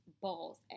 balls